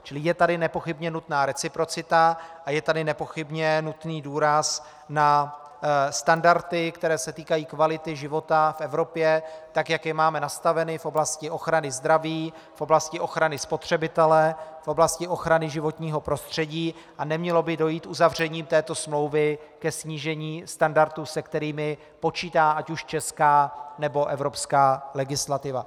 Čili je tady nepochybně nutná reciprocita a je tady nepochybně nutný důraz na standardy, které se týkají kvality života v Evropě, tak jak je máme nastaveny v oblasti ochrany zdraví, v oblasti ochrany spotřebitele, v oblasti ochrany životního prostředí, a nemělo by dojít uzavřením této smlouvy ke snížení standardů, se kterými počítá ať už česká, nebo evropská legislativa.